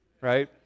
right